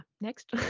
next